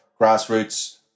grassroots